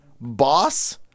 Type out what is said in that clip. Boss